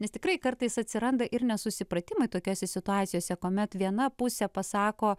nes tikrai kartais atsiranda ir nesusipratimai tokiose situacijose kuomet viena pusė pasako